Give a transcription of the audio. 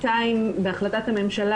200 בהחלטת הממשלה,